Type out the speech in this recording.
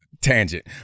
tangent